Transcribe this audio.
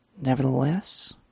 Nevertheless